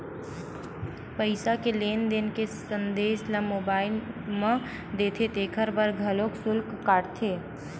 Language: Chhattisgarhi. पईसा के लेन देन के संदेस ल मोबईल म देथे तेखर बर घलोक सुल्क काटथे